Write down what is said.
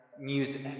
music